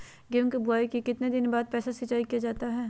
गेंहू की बोआई के कितने दिन बाद सिंचाई किया जाता है?